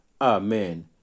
Amen